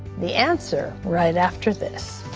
the answer right after this.